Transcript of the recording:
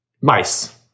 mice